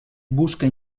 busca